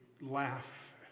laugh